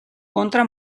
contra